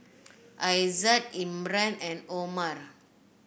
Aizat Imran and Omar